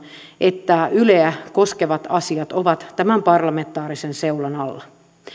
että yleä koskevat asiat ovat tämän parlamentaarisen seulan alla